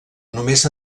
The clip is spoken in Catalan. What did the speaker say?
només